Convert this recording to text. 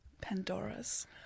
Pandora's